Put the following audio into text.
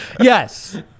Yes